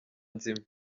nzima